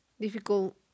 difficult